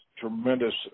tremendous